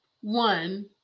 One